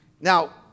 Now